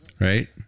Right